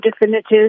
definitive